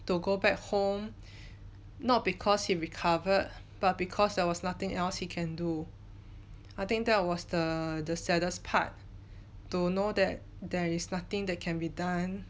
to go back home not because he recovered but because there was nothing else he can do I think that was the the saddest part to know that there is nothing that can be done